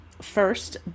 First